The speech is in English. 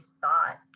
thought